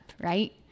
Right